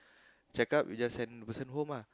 check up you just send the person home lah